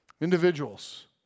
Individuals